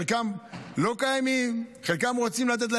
חלקם לא קיימים ולחלקם רוצים לתת.